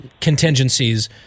contingencies